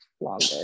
longer